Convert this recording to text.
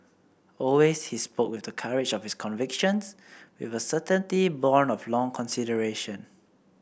always he spoke with the courage of his convictions with a certainty born of long consideration